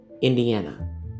Indiana